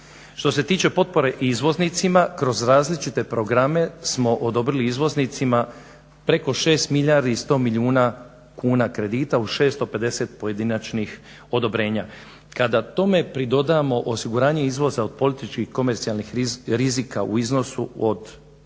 Što se tiče potpore izvoznicima kroz različite programe smo odobrili izvoznicima preko 6 milijardi i 100 milijuna kuna kredita u 650 pojedinačnih odobrenja. Kada tome pridodamo osiguranje izvoza od političkih komercijalnih rizika u iznosu od 2